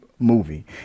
movie